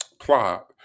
plot